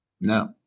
No